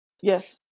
yes